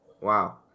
Wow